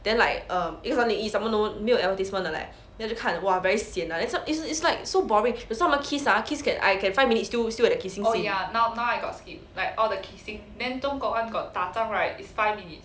then like um 一个小时零一什么什么没有 advertisement 的 leh then 我就看 !wah! very sian lah the some it's like so boring 有时候他们 kiss ah kiss can I can five minutes still still at the kissing